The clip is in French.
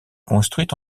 construite